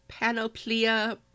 panoplia